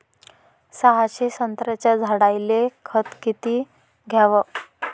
सहाशे संत्र्याच्या झाडायले खत किती घ्याव?